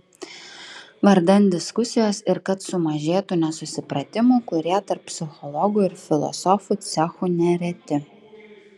vardan diskusijos ir kad sumažėtų nesusipratimų kurie tarp psichologų ir filosofų cechų nereti